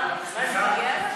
מה זה נוגע אליי?